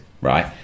right